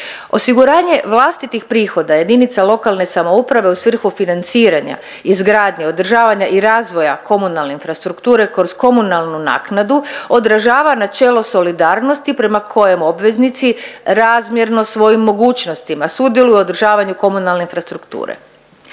Osiguranje vlastitih prihoda jedinice lokalne samouprave u svrhu financiranja izgradnje, održavanja i razvoja komunalne infrastrukture kroz komunalnu naknadu odražava načelo solidarnosti prema kojem obveznici razmjerno svojim mogućnostima sudjeluju u održavanju komunalne infrastrukture.